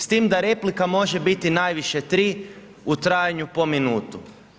S tim da replika može biti najviše 3, u trajanju po minutu.